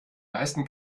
meisten